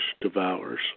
devours